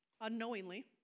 unknowingly